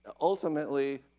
ultimately